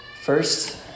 First